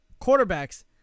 quarterbacks